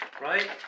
right